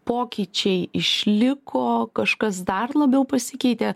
pokyčiai išliko kažkas dar labiau pasikeitė